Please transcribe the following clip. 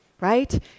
right